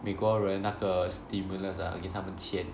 美国人那个 stimulus ah 给他们签